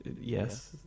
yes